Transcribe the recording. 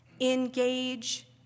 Engage